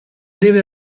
deve